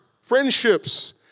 friendships